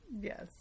yes